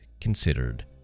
considered